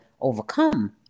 overcome